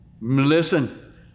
Listen